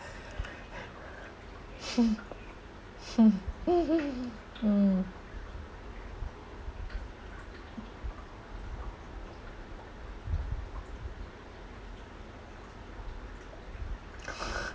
mm